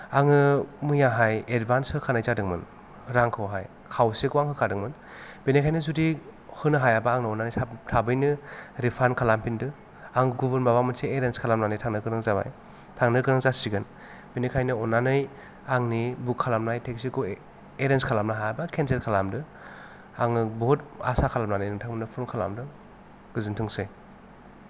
आङो मैयाहाय एडभान्स होखानाय जादोंमोन रांखौहाय खावसेखौ आं होखादोंमोन बिनिखायनो जुदि होनो हायाबा आंनो थाब थाबैनो रिपाण्ड खालामफिनदो आं गुबुन माबा मोनसे एरेन्ज खालामनानै थांनो गोनां जाबाय थांनो गोनां जासिगोन बिनिखायनो अन्नानै आंनि बुक खालामनाय टेक्सि खौ एरेन्ज खालामनो हायाबा केनसेल खालामदो आङो बहुथ आसा खालामनानै नोंथांमोननो फन खालामदों गोजोनथोंसै